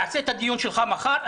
תעשה את הדיון שלך מחר.